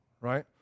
right